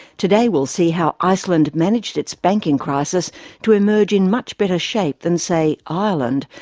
today we'll see how iceland managed its banking crisis to emerge in much better shape than, say, ireland,